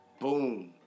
Boom